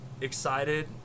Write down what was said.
excited